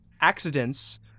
Accidents